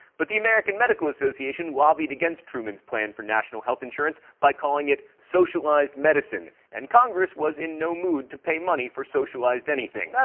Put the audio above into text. but the american medical association lobbied against truman's plan for national health insurance by calling it socialized medicine, and congress was in no mood to pay money for socialized anything.